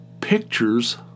pictures